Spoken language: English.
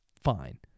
fine